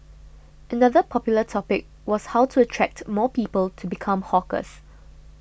another popular topic was how to attract more people to become hawkers